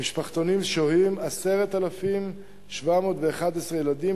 במשפחתונים שוהים 10,711 ילדים,